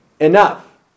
Enough